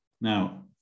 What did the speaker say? Now